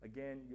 Again